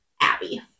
Abby